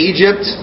Egypt